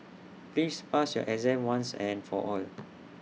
please pass your exam once and for all